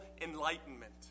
enlightenment